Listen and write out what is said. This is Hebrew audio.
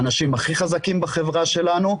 אלה האנשים הכי חזקים בחברה שלנו,